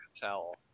towel